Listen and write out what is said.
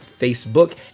Facebook